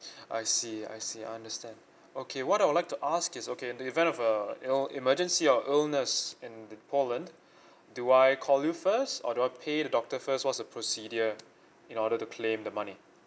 I see I see I understand okay what I would like to ask is okay in the event of uh you know emergency or illness in the poland do I call you first or do I pay the doctor first what's the procedure in order to claim the money